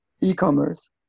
e-commerce